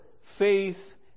faith